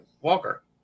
walker